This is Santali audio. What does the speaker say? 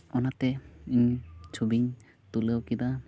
ᱚᱱᱟᱛᱮ ᱤᱧ ᱪᱷᱚᱵᱤᱧ ᱛᱩᱞᱟᱹᱣ ᱠᱮᱫᱟ